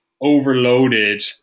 overloaded